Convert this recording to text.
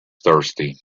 thirsty